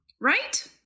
right